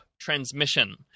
transmission